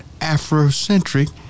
Afrocentric